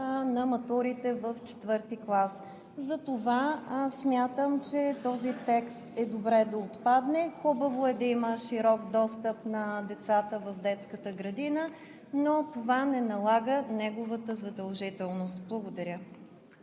на матурите в четвърти клас. Затова смятам, че този текст е добре да отпадне. Хубаво е да има широк достъп на децата в детската градина, но това не налага неговата задължителност. Благодаря